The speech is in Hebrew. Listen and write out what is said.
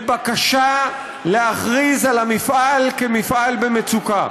בבקשה להכריז על המפעל כמפעל במצוקה.